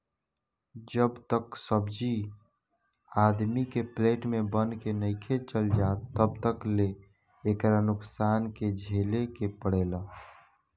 जब तक सब्जी आदमी के प्लेट में बन के नइखे चल जात तब तक ले एकरा नुकसान के झेले के पड़ेला